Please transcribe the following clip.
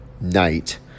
night